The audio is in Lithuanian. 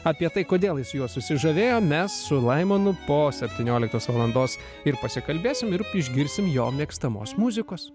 apie tai kodėl jis juo susižavėjo mes su laimonu po septynioliktos valandos ir pasikalbėsim ir išgirsim jo mėgstamos muzikos